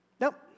Nope